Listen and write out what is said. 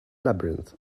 labyrinth